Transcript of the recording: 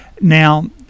Now